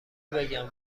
بگم